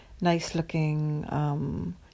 nice-looking